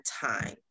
time